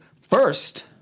first